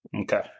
Okay